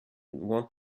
want